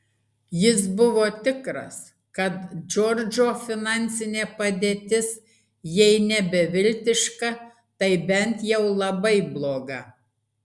jis buvo tikras kad džordžo finansinė padėtis jei ne beviltiška tai bent jau labai bloga